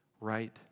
right